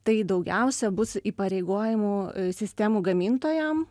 tai daugiausia bus įpareigojimų sistemų gamintojam